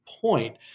point